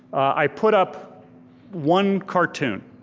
i put up one cartoon,